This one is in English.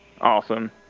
Awesome